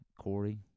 Corey